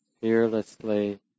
Fearlessly